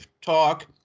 talk